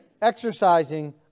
exercising